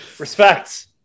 Respect